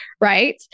right